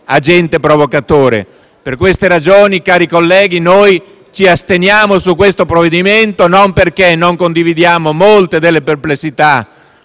agente provocatore. Per queste ragioni, cari colleghi, noi ci asterremo nel voto sulle pregiudiziali, non perché non condividiamo molte delle perplessità